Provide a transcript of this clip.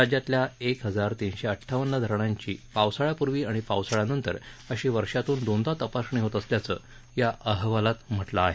राज्यातल्या एक हजार तीनशे अड्डावन्न धरणांची पावसाळ्यापूर्वी आणि पावसाळ्यानंतर अशी वर्षातून दोनदा तपासणी होत असल्याचं या अहवालात म्हटलं आहे